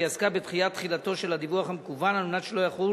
והיא עסקה בדחיית תחילתו של הדיווח המקוון כדי שלא יחול